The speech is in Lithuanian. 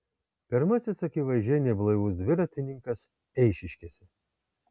pirmasis akivaizdžiai neblaivus dviratininkas eišiškėse